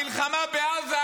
המלחמה בעזה,